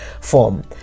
form